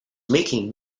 making